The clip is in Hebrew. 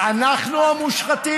אנחנו המושחתים?